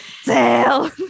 Sale